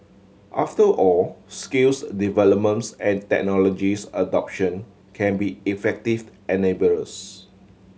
after all skills developments and technologies adoption can be effective enablers